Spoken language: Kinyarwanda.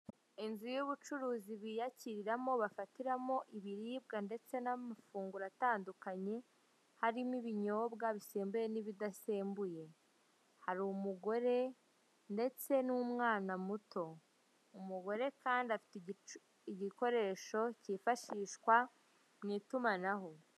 Inzu y' ubucuruzi biyakiriramo bafatiramo ibiribwa ndetse n'amafunguro atandukanye harimo ibinyobwa bisembuye n'ibidasembuye. Hari umugore ndetse n'umwana muto, umugore kandi afite igicu, igikoresho cyifashishwa mu itumanaho.